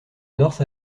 north